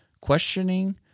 questioning